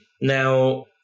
Now